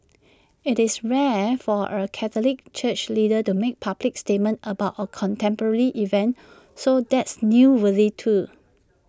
IT is rare for A Catholic church leader to make public statements about A contemporary event so that's newsworthy too